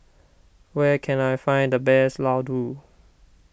where can I find the best Ladoo